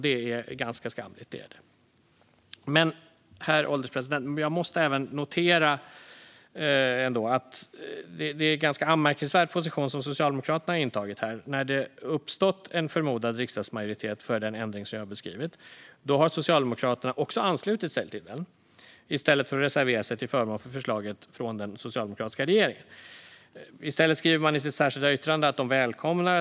Det är ganska skamligt. Herr ålderspresident! Jag måste ändå notera att Socialdemokraterna har intagit en ganska anmärkningsvärd position här. När det har uppstått en förmodad riksdagsmajoritet för den ändring som jag har beskrivit har Socialdemokraterna också anslutit sig till den, i stället för att reservera sig till förmån för förslaget från den socialdemokratiska regeringen. Man skriver i sitt särskilda yttrande att man "välkomnar .